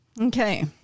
Okay